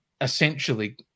essentially